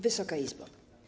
Wysoka Izbo!